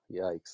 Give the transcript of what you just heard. Yikes